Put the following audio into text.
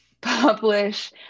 publish